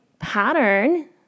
pattern